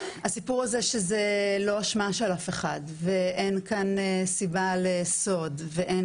הסיפור הזה שזה לא אשמה של אף אחד ואין כאן סיבה לסוד ואין